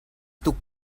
tuk